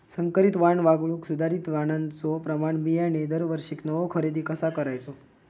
संकरित वाण वगळुक सुधारित वाणाचो प्रमाण बियाणे दरवर्षीक नवो खरेदी कसा करायचो?